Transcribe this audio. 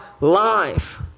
life